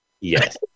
Yes